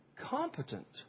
competent